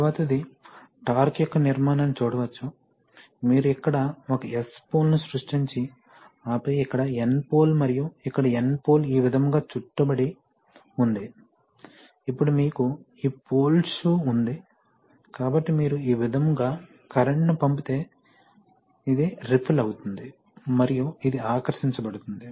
తరువాతిది టార్క్ యొక్క నిర్మాణాన్ని చూడవచ్చు మీరు ఇక్కడ ఒక S పోల్ను సృష్టించి ఆపై ఇక్కడ N పోల్ మరియు ఇక్కడ N పోల్ ఈ విధముగా చుట్టబడి ఉంది ఇప్పుడు మీకు ఈ పోల్ షూ ఉంది కాబట్టి మీరు ఈ విధముగా కరెంట్ను పంపితే ఇది రిపెల్ అవుతుంది మరియు ఇది ఆకర్షించబడుతుంది